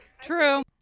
True